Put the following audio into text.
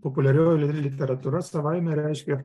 populiarioji literatūra savaime reiškia